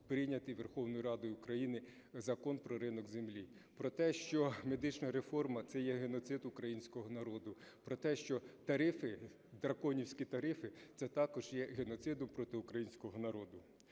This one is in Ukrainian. прийнятий Верховною Радою України Закон про ринок землі. Про те, що медична реформа – це є геноцид українського народу. Про те, що тарифи, драконівські тарифи – це також є геноцидом проти українського народу.